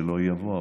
שלא יבוא,